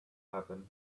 happen